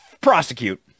prosecute